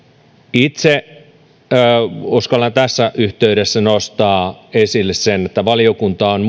itse uskallan tässä yhteydessä nostaa esille sen että valiokunta on